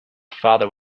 father